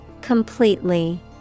Completely